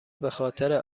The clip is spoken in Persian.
بخاطر